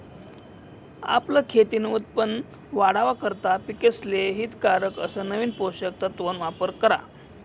आपलं खेतीन उत्पन वाढावा करता पिकेसले हितकारक अस नवीन पोषक तत्वन वापर करा